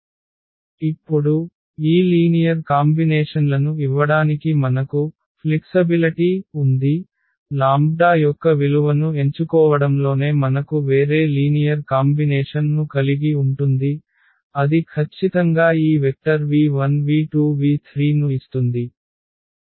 ఇప్పుడు ఈ లీనియర్ కాంబినేషన్లను ఇవ్వడానికి మనకు వశ్యత ఉంది లాంబ్డా యొక్క విలువను ఎంచుకోవడంలోనే మనకు వేరే లీనియర్ కాంబినేషన్ ను కలిగి ఉంటుంది అది ఖచ్చితంగా ఈ vector v1 v2 v3 ను ఇస్తుంది